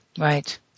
right